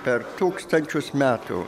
per tūkstančius metų